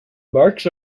marks